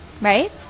Right